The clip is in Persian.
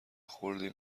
خردی